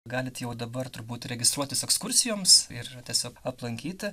galit jau dabar turbūt registruotis ekskursijoms ir tiesiog aplankyti